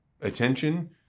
attention